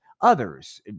others